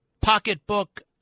pocketbook